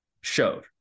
showed